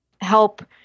help